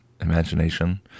imagination